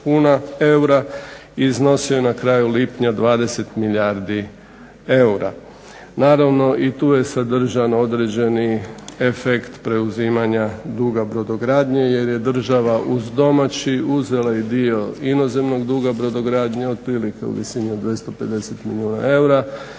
i iznosio je na kraju lipnja 20 milijardi eura. Naravno i tu je sadržan određeni efekt preuzimanja duga brodogradnje jer je država uz domaći uzela i dio inozemnog duga brodogradnje, otprilike u visini od 250 milijuna eura.